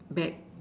back